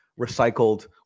recycled